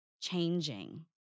changing